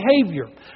behavior